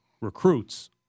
recruits